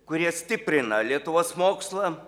kurie stiprina lietuvos mokslą